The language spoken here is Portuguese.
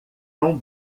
tão